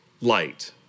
light